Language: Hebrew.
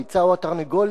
הביצה או התרנגולת,